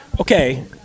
okay